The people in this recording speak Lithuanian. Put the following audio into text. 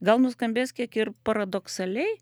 gal nuskambės kiek ir paradoksaliai